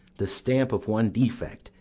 the stamp of one defect,